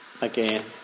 again